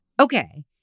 okay